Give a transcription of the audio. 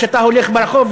כשאתה הולך ברחוב,